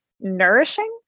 nourishing